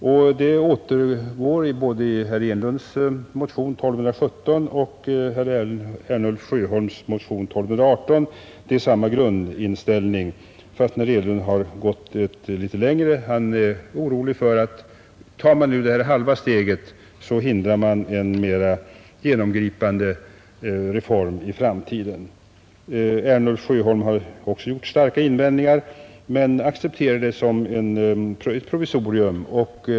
Samma grundinställning finns i motionen 1217 av herr Enlund m.fl. och i motionen 1218 av herrar Ernulf och Sjöholm. Herr Enlund har gått litet längre. Han är orolig för att detta halva steg hindrar en mera genomgripande reform i framtiden. Herrar Ernulf och Sjöholm har också gjort starka invändningar, men accepterar detta som ett provisorium.